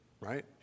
right